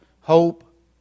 hope